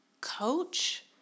coach